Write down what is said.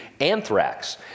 anthrax